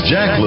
Jack